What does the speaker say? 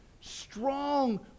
strong